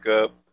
up